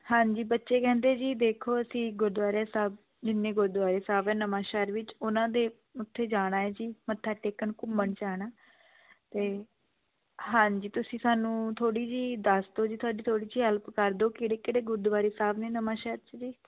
ਹਾਂਜੀ ਬੱਚੇ ਕਹਿੰਦੇ ਜੀ ਦੇਖੋ ਅਸੀਂ ਗੁਰਦੁਆਰੇ ਸਾਹਿਬ ਜਿੰਨੇ ਗੁਰਦੁਆਰੇ ਸਾਹਿਬ ਹੈ ਨਵਾਂਸ਼ਹਿਰ ਵਿੱਚ ਉਹਨਾਂ ਦੇ ਉੱਥੇ ਜਾਣਾ ਹੈ ਜੀ ਮੱਥਾ ਟੇਕਣ ਘੁੰਮਣ ਜਾਣਾ ਅਤੇ ਹਾਂਜੀ ਤੁਸੀਂ ਸਾਨੂੰ ਥੋੜੀ ਜਿਹੀ ਦੱਸਦੋ ਜੀ ਤੁਹਾਡੀ ਥੋੜੀ ਜਿਹੀ ਹੈਲਪ ਕਰਦੋ ਕਿਹੜੇ ਕਿਹੜੇ ਗੁਰਦੁਆਰੇ ਸਾਹਿਬ ਨੇ ਨਵਾਂਸ਼ਹਿਰ 'ਚ ਜੀ